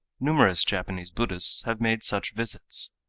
numerous japanese buddhists have made such visits.